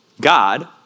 God